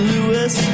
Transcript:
Louis